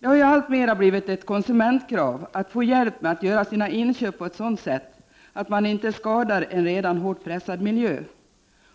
Det har alltmera blivit ett konsumentkrav att få hjälp med att göra sina inköp på ett sådant sätt att man inte skadar en redan hårt pressad miljö.